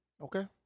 Okay